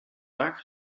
vaak